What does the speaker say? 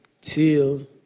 till